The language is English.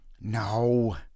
No